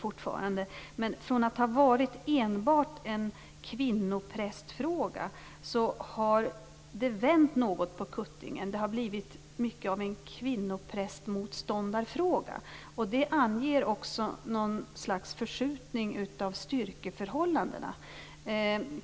Det har vänts något på kuttingen; från att ha varit enbart en kvinnoprästfråga har det blivit mycket av en kvinnoprästmotståndarfråga. Det anger något slags förskjutning av styrkeförhållandena.